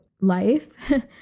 life